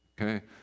Okay